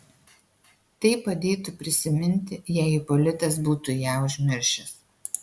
tai padėtų prisiminti jei ipolitas būtų ją užmiršęs